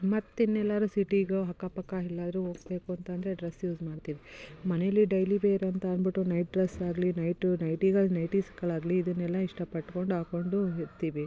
ಮತ್ತು ಇನ್ನೆಲ್ಲಾದ್ರು ಸಿಟಿಗೊ ಅಕ್ಕಪಕ್ಕ ಎಲ್ಲಾದರೂ ಹೋಗಬೇಕು ಅಂತಂದರೆ ಡ್ರಸ್ ಯೂಸ್ ಮಾಡ್ತೀವಿ ಮನೇಲಿ ಡೈಲಿ ವೇರ್ ಅಂತ ಅಂದುಬಿಟ್ಟು ನೈಟ್ ಡ್ರಸ್ ಆಗಲೀ ನೈಟು ನೈಟಿ ನೈಟೀಸ್ಗಳಾಗಲೀ ಇದನ್ನೆಲ್ಲ ಇಷ್ಟಪಟ್ಕೊಂಡು ಹಾಕ್ಕೊಂಡು ಇರ್ತೀವಿ